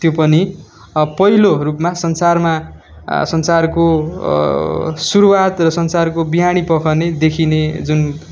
त्यो पनि पहिलो रूपमा संसारमा संसारको सुरुवात संसारको बिहानी पख नै देखिने जुन